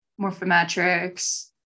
morphometrics